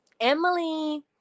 Emily